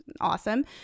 awesome